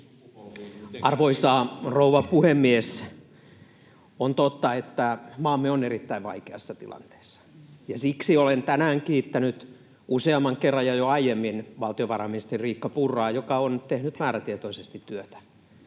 Arvoisa rouva puhemies! On totta, että maamme on erittäin vaikeassa tilanteessa, ja siksi olen tänään ja jo aiemmin kiittänyt useamman kerran valtiovarainministeri Riikka Purraa, joka on tehnyt määrätietoisesti työtään.